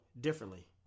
differently